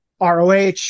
ROH